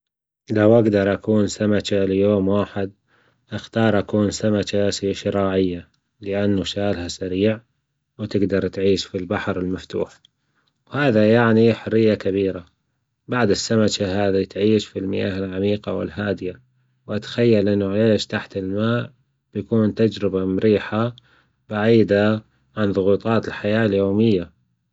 لو أجدر أكون سمشة ليوم واحد أختار أكون سمشة شراعية. لأنه سريع وتجدر تعيش في البحر المفتوح، وهذا يعني حرية كبيرة، بعد السمشة هذي تعيش في المياه العميقة والهادية، وأتخيل أنه العيش تحت الماء يكون تجربة مريحة بعيدة عن ضغوطات الحياة اليومية.